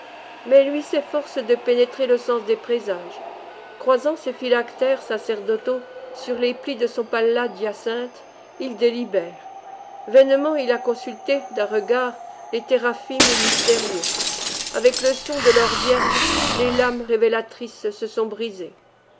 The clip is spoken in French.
mais lui s'efforce de pénétrer le sens des présages croisant ses phylactères sacerdotaux sur les plis de son pallah d'hyacinthe il délibère vainement il a consulté d'un regard les téraphim mystérieux avec le son de l'or vierge les lames révélatrices se sont brisées